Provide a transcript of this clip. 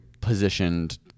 positioned